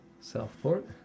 southport